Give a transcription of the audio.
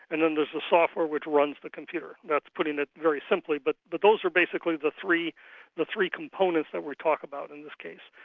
and then there's the software which runs the computer. that's putting it very simply, but but those are basically the three the three components that we talk about in this case.